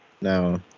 no